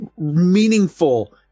meaningful